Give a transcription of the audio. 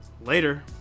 Later